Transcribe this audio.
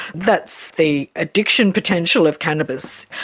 that's the addiction potential of cannabis.